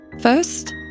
First